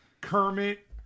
Kermit